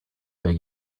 beg